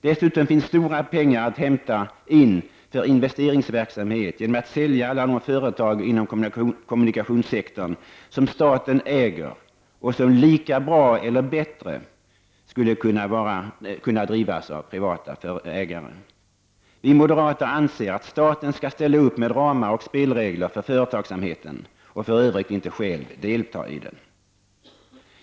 Dessutom kan stora pengar hämtas in för investeringsverksamhet genom försäljning av alla de företag inom kommunikationssektorn som staten äger och som lika bra eller bättre skulle kunna drivas av privata ägare. Vi moderater anser att staten skall ställa upp med ramar och spelregler för företagsamheten men för övrigt inte själv delta i den.